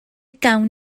gawn